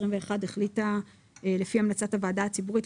החליטה לפי המלצת הוועדה הציבורית,